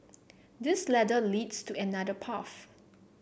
this ladder leads to another path